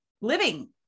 living